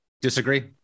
Disagree